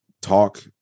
talk